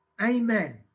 Amen